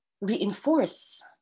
reinforce